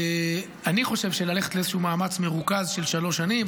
אני חושב ללכת על איזשהו מאמץ מרוכז של שלוש שנים.